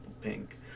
pink